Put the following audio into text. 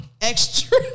extra